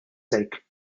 sake